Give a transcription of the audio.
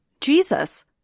Jesus